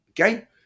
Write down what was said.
okay